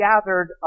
gathered